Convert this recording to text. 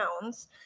pounds